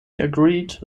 agreed